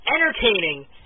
entertaining